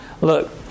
look